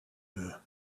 her